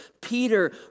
Peter